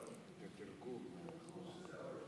לרשותך.